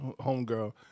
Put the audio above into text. Homegirl